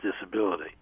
disability